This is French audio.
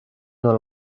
dans